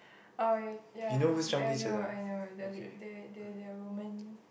uh ya ya I know I know they they are they are women